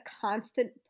constant